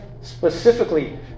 specifically